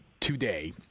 today